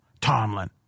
Tomlin